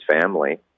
family